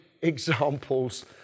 examples